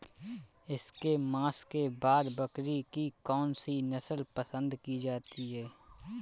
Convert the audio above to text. इसके मांस के लिए बकरी की कौन सी नस्ल पसंद की जाती है?